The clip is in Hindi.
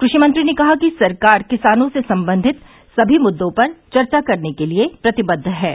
कृषि मंत्री ने कहा कि सरकार किसानों से संबंधित सभी मुद्दों पर चर्चा करने के लिए प्रतिबद्ध है